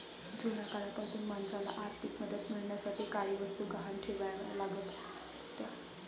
जुन्या काळापासूनच माणसाला आर्थिक मदत मिळवण्यासाठी काही वस्तू गहाण ठेवाव्या लागत होत्या